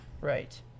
Right